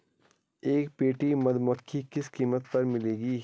एक पेटी मधुमक्खी किस कीमत पर मिलेगी?